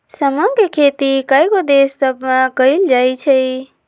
समा के खेती कयगो देश सभमें कएल जाइ छइ